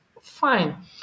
fine